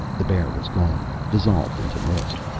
the bear was gone, dissolved into mist.